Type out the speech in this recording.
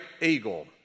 eagle